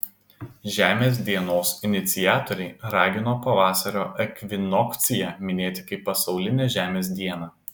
žemės dienos iniciatoriai ragino pavasario ekvinokciją minėti kaip pasaulinę žemės dieną